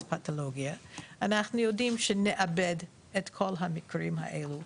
פתולוגיה אנחנו יודעים שנאבד את כל המקרים האלו,